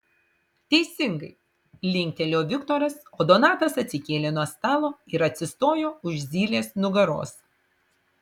teisingai linktelėjo viktoras o donatas atsikėlė nuo stalo ir atsistojo už zylės nugaros